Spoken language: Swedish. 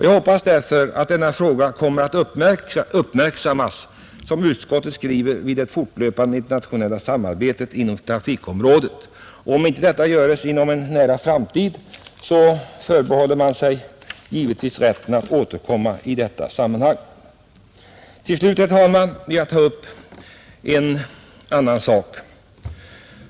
Jag hoppas därför att denna fråga kommer att uppmärksammas, som utskottet skriver, vid det fortlöpande internationella samarbetet inom trafikområdet. Om inte detta görs inom en nära framtid, förbehåller jag mig givetvis rätten att återkomma i det här sammanhanget. Till slut, herr talman, vill jag ta upp en annan sak.